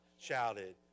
shouted